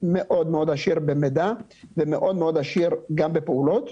מאוד מאוד עשיר במידע ומאוד מאוד עשיר גם בפעולות.